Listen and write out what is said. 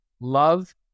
Love